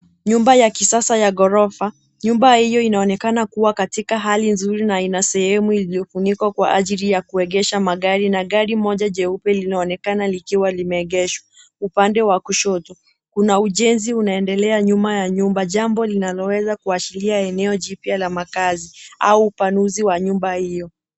Nyumba ya kisasa ya ghorofa. Nyumba hiyo inaonekana kuwa katika hali nzuri na sehemu nzuri na ina sehemu iliyofunikwa kwa ajili ya kuegesha magari na gari moja jeupe linaonekana likiwa limeegeshwa. Upande wa kushoto kuna ujenzi unaendelea nyuma ya 'nyumba jambo linalo weza kuashiria eneo jipya la makazi au upanuzi wa nyumba hiyo.